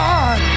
God